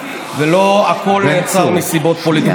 ולא הכול נעשה מסיבות פוליטיות.